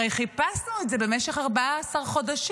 הרי חיפשנו את זה במשך 14 חודשים,